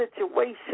situation